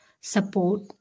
support